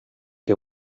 que